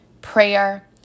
prayer